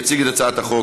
יציג את הצעת החוק